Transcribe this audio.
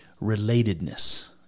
relatedness